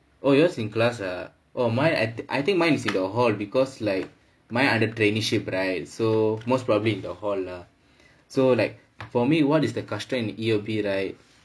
oh yours in class ah oh mine I think mine is in the hall because like mine under traineeship right so most probably in the hall lah so like for me what is the கஷ்டம்:kashtam in E_O_B right